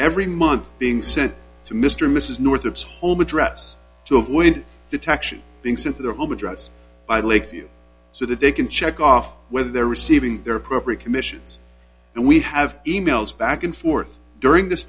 every month being sent to mr or mrs north of home address to avoid detection being sent to their home address by lakeview so that they can check off whether they're receiving their appropriate commissions and we have e mails back and forth during this